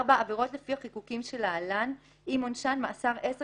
(4)עבירות לפי החיקוקים שלהלן אם עונשן מאסר עשר